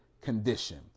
condition